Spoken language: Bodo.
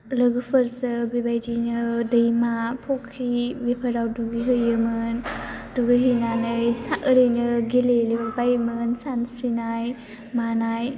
लोगोफोरजों बेबादियैनो दैमा फ'ख्रि बेफोराव दुगैहैयोमोन दुगैहैनानै ओरैनो गेलेलाबायोमोन सानस्रिनाय मानाय